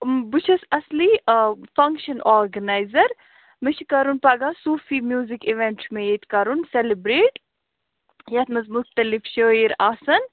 بہٕ چھَس اصلی فنگشَن آرگٕنایزز مےٚ چھُ کَرُن پَگاہ صوٗفی میٛوٗزک اِیوینٛٹ چھُ مےٚ ییٚتہِ کَرُن سیلِبریٹ یتھ منٛز مُختلف شٲعِر آسن